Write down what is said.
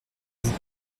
vous